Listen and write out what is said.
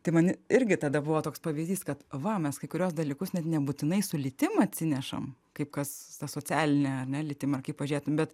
tai man irgi tada buvo toks pavyzdys kad va mes kai kuriuos dalykus net nebūtinai su lytim atsinešam kaip kas ta socialine ar ne lytim ar kaip pažiūrėtum bet